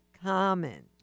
common